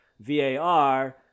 VAR